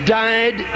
died